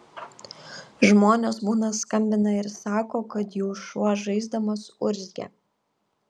žmonės būna skambina ir sako kad jų šuo žaisdamas urzgia